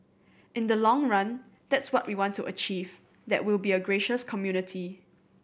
in the long run that's what we want to achieve that we'll be a gracious community